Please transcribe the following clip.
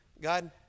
God